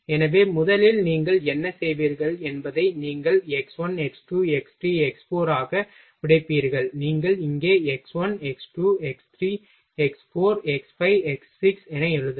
எனவே முதலில் நீங்கள் என்ன செய்வீர்கள் என்பதை நீங்கள் x1 x2 x3 x4 ஆக உடைப்பீர்கள் நீங்கள் இங்கே x 1 x 2 x 3 x 4 x 5 x 6 என எழுதலாம்